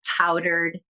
powdered